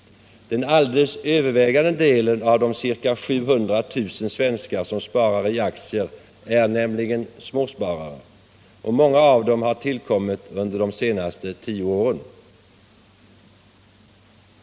Den alldeles övervägande delen av de ca 700 000 svenskar som sparar aktier är nämligen småsparare, och många av dem har tillkommit under de senaste tio åren.